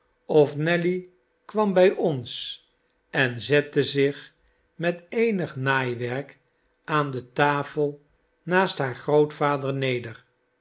of nelly kwam bij ons en zette zich met eenig naaiwerk aan de tafel naast haar grootvader neder